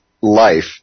life